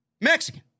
Mexican